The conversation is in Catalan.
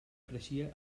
creixia